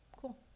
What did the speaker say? cool